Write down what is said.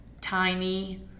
tiny